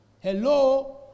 Hello